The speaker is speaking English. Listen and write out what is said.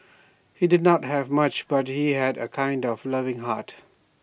he did not have much but he had A kind and loving heart